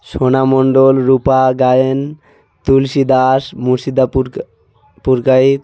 সোনা মণ্ডল রুপা গায়েন তুলসী দাস মুর্শিদা পুরকা পুরকায়েত